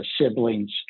siblings